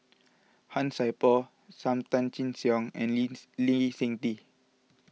Han Sai Por Sam Tan Chin Siong and Lin's Lee Seng Tee